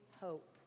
hope